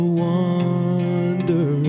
wonder